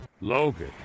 Logan